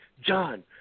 John